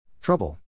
Trouble